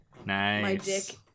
Nice